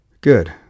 Good